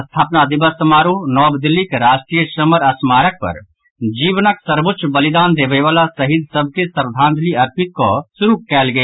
स्थापना दिवस समारोह नव दिल्लीक राष्ट्रीय समर स्मारक पर जीवनक सर्वोच्च बलिदान देबयवला शहीद सभ के श्रद्वांजलि अर्पित कऽ कऽ शुरू कयल गेल